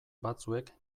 batzuek